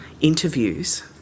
interviews